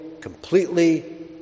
completely